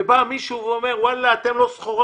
ואז בא מישהו ואומר, וואלה, אתם לא סחורה.